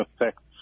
effects